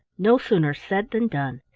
no sooner said than done.